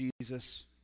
Jesus